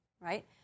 right